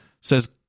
says